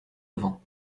devant